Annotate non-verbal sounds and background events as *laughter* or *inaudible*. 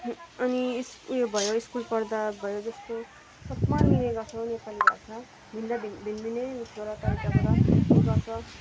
अनि स्कुल पढ्दा भयो जस्तो सबमा लिने गर्छौँ नेपाली भाषा भिन्न भिन्न उयसबाट *unintelligible*